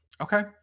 okay